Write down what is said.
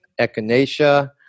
echinacea